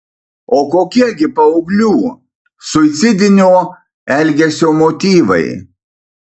o kokie gi paauglių suicidinio elgesio motyvai